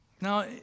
Now